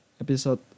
episode